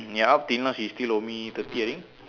ya up till now she still owe me thirty I think